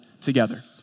together